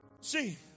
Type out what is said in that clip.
See